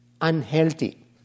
unhealthy